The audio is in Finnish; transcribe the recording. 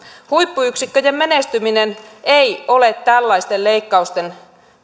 huippuyksikköjen menestyminen ei ole tällaisten leikkausten